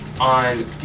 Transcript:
on